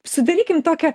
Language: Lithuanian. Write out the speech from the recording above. sudarykim tokią